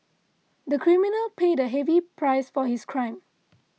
the criminal paid a heavy price for his crime